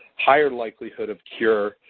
higher likelihood of cure,